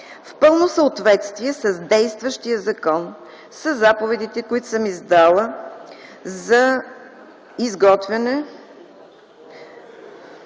В пълно съответствие с действащия закон са заповедите, които съм издала за областните